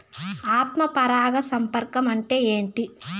ఆత్మ పరాగ సంపర్కం అంటే ఏంటి?